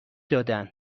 دادن